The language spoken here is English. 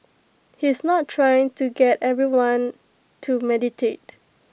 he is not trying to get everyone to meditate